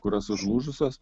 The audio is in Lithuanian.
kurios užlūžusios